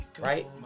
right